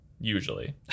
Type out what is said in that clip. usually